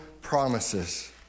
promises